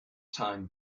time